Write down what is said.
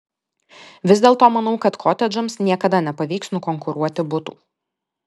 vis dėlto manau kad kotedžams niekada nepavyks nukonkuruoti butų